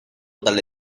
dalle